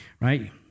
right